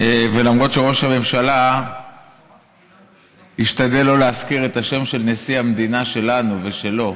ולמרות שראש הממשלה השתדל שלא להזכיר את השם של נשיא המדינה שלנו ושלו,